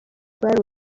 rwari